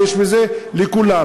ויש מזה לכולם.